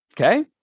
Okay